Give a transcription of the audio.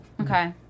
Okay